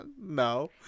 No